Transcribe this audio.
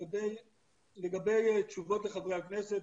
לגבי תשובות לחברי כנסת,